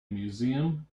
museum